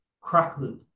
crackled